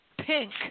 pink